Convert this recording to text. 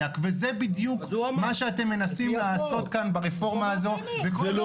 מה יש בזום?